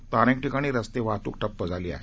तर अनेक ठिकाणी रस्ते वाहतुक ठप्प झाली आहे